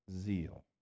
zeal